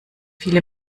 viele